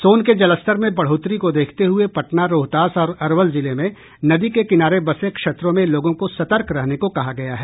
सोन के जलस्तर में बढ़ोतरी को देखते हुए पटना रोहतास और अरवल जिले में नदी के किनारे बसे क्षेत्रों में लोगों को सतर्क रहने को कहा गया है